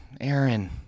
Aaron